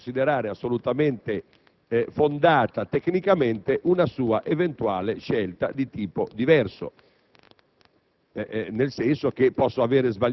Presidente, sarò pronto a considerare assolutamente fondata tecnicamente una sua eventuale scelta di tipo diverso,